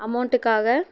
அமௌண்ட்க்காக